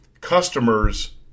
customers